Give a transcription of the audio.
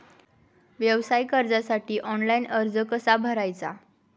व्यवसाय कर्जासाठी ऑनलाइन अर्ज कसा भरायचा?